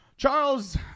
Charles